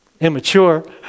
immature